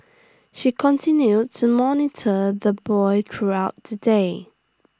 she continued to monitor the boy throughout the day